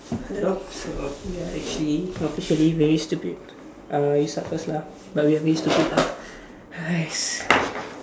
hello we're actually actually very stupid uh you start first lah but we are very stupid lah !hais!